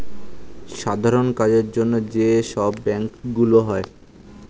সাধারণ কাজের জন্য যে সব ব্যাংক গুলো হয়